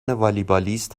والیبالیست